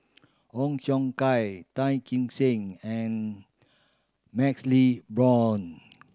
Ong Xiong Kai Tan Kee Sek and MaxLe Blond